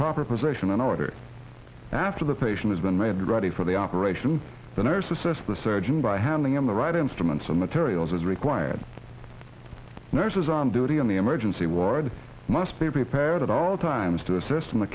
proper position in order after the patient has been made ready for the operation the nurse assist the surgeon by handing him the right instruments and materials as required nurses on duty in the emergency ward must be prepared at all times to assist in the